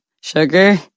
sugar